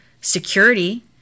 security